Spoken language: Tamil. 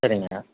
சரிங்க